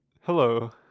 Hello